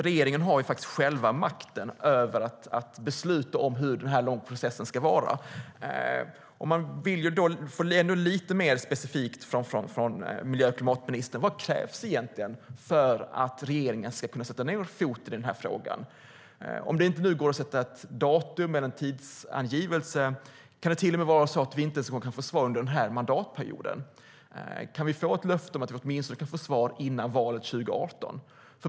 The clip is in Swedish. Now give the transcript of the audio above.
Regeringen har makten att besluta hur lång processen ska vara, och jag vill att miljö och klimatministern är lite mer specifik. Vad krävs egentligen för att regeringen ska sätta ned foten i den här frågan? Kan det, om det nu inte går att sätta ett datum eller ge en tidsangivelse, till och med vara så att vi inte ens får svar under den här mandatperioden? Kan vi få ett löfte om att åtminstone få ett svar före valet 2018?